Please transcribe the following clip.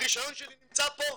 הרישיון שלי נמצא פה,